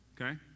Okay